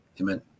Amen